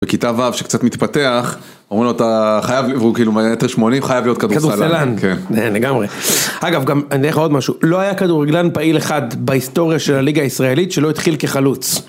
בכיתה ו' שקצת מתפתח. אומרים לו אתה חייב, והוא כאילו מטר שמונים חייב להיות כדורסלן. כן, לגמרי. אגב, אני אגיד לך עוד משהו.לא היה כדורגלן פעיל אחד בהיסטוריה של הליגה הישראלית שלא התחיל כחלוץ.